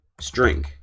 string